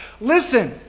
listen